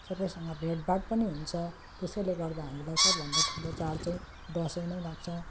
सबैसँग भेटभाट पनि हुन्छ त्यसैले गर्दा हामीलाई सबभन्दा ठुलो चाड चाहिँ दसैँ नै लाग्छ